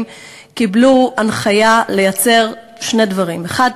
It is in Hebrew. קיבלו הנחיה לייצר שני דברים: האחד,